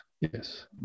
yes